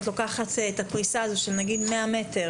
את לוקחת את הפריסה הזאת של נגיד 100 מטרים,